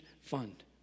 Fund